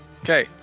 Okay